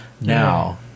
now